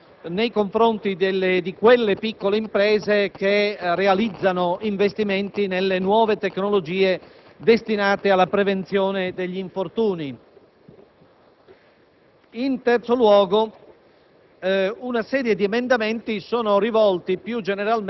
In modo specifico proponiamo che l'INAIL, sulla base dell'esperienza già realizzata, possa disporre di un fondo che ripete l'attività di finanziamento che l'istituto in passato ha